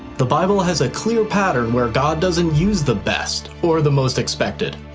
the bible has a clear pattern where god doesn't use the best or the most expected.